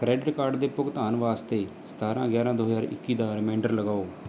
credit card ਦੇ ਭੁਗਤਾਨ ਵਾਸਤੇ ਸਤਾਰ੍ਹਾਂ ਗਿਆਰ੍ਹਾਂ ਦੋ ਹਜ਼ਾਰ ਇੱਕੀ ਦਾ ਰਿਮਾਂਈਡਰ ਲਗਾਓ